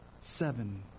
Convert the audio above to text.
seven